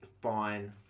fine